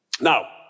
Now